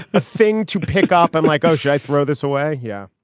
a thing to pick up. i'm like, oh, shit, i throw this away yeah,